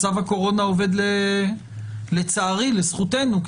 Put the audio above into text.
מצב הקורונה עובד לצערי לזכותנו,